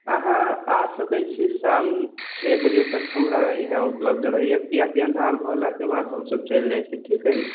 अहाँ आ सकैत छी शाम छओ बजे तक हमरा यहाँ उपलब्ध रहैए किआकि अन्हार होलाके बाद हमसब चलि जाइत छी ठीक अछि